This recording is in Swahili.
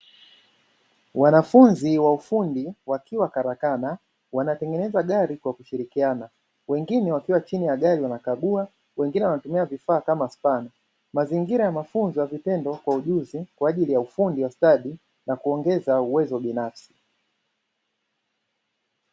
Wanafunzi wa ufundi wakiwa karakana wanatengeneza gari kwa kushirikiana wengine wakiwa chini ya gari wanakagua, wengine wanatumia vifaa kama spana. Mazingira ya mafunzo ya vitendo kwa ujuzi kwa ajili ya ufundi wa stadi na kuongeza uwezo binafsi.